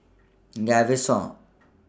Gaviscon